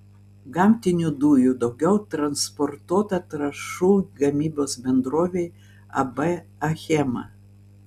gamtinių dujų daugiau transportuota trąšų gamybos bendrovei ab achema